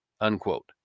Unquote